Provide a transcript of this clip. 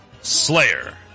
slayer